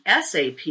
SAP